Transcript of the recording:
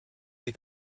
wir